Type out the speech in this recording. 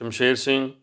Shamsher Singh